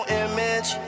image